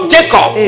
Jacob